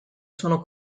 sono